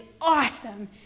awesome